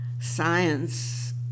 science